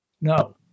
No